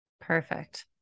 Perfect